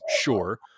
Sure